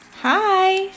Hi